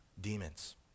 demons